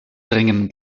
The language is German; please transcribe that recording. dringende